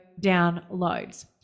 downloads